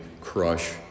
crush